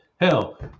Hell